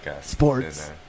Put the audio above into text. Sports